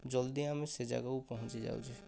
ଜଲ୍ଦି ଆମେ ସେ ଜାଗାକୁ ପହଞ୍ଚି ଯାଉଛେ